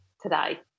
today